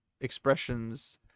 expressions